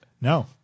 No